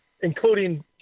including